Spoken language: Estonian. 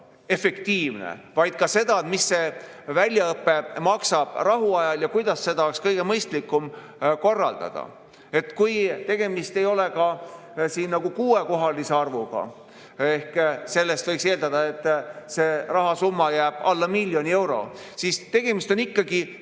võtmes], mis see väljaõpe maksab rahuajal ja kuidas seda oleks kõige mõistlikum korraldada. Isegi kui tegemist ei ole kuuekohalise arvuga – selle põhjal võiks eeldada, et see rahasumma jääb alla miljoni euro –, siis tegemist on ikkagi